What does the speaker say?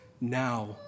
now